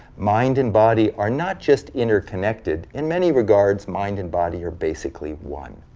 mind and body are not just interconnected, in many regards mind and body are basically one.